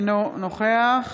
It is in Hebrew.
אינו נוכח